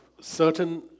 certain